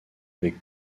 avec